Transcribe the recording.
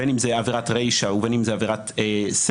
בין אם זה עבירת רישה ובין אם זה עבירת סיפה.